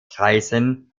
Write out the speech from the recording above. kreisen